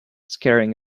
scaring